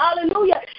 hallelujah